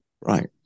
right